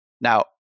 now